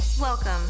Welcome